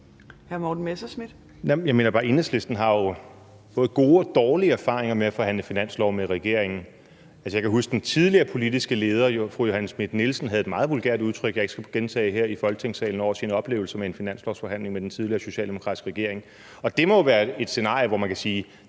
Morten Messerschmidt (DF): Jeg mener bare, at Enhedslisten jo har både gode og dårlige erfaringer med at forhandle finanslov med regeringen. Jeg kan huske, at den tidligere politiske leder, fru Johanne Schmidt-Nielsen, havde et meget vulgært udtryk, jeg ikke skal gentage her i Folketingssalen, over sine oplevelser i en finanslovsforhandling med den tidligere socialdemokratiske regering. Det må jo være et scenarie, hvor vi kan sige,